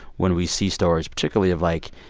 when we see stories, particularly of, like,